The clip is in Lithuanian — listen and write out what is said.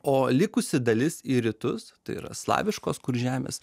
o likusi dalis į rytus tai yra slaviškos kur žemės